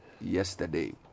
yesterday